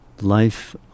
life